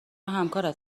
همکارت